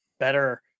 better